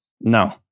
No